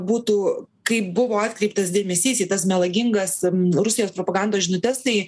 būtų kaip buvo atkreiptas dėmesys į tas melagingas rusijos propagandos žinutes tai